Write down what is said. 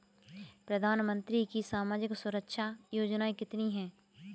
प्रधानमंत्री की सामाजिक सुरक्षा योजनाएँ कितनी हैं?